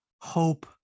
hope